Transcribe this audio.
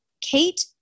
Kate